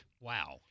Wow